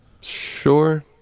Sure